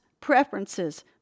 preferences